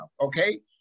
okay